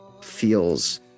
feels